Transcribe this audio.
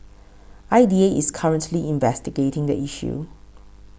I D A is currently investigating the issue